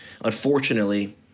unfortunately